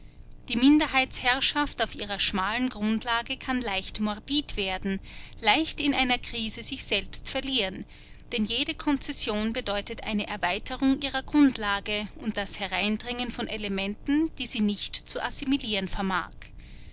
die minderheitsherrschaft auf ihrer schmalen grundlage kann leicht morbid werden leicht in einer krise sich selbst verlieren denn jede konzession bedeutet eine erweiterung ihrer grundlage und das hineindringen von elementen die sie nicht zu assimilieren vermag